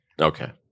Okay